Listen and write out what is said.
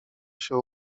się